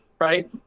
right